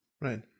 Right